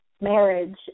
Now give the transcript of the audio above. marriage